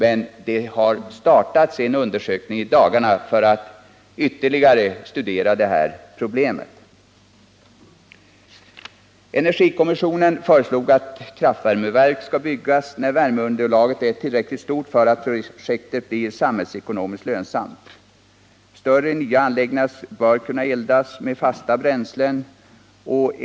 En undersökning har emellertid startats i dagarna för att ytterligare studera detta problem. Energikommissionen föreslog att kraftvärmeverk skall byggas när värmeunderlaget är tillräckligt stort för att åtgärden skall bli samhällsekonomiskt lönsam. Större nya anläggningar bör kunna eldas med fasta bränslen.